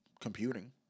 computing